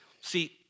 See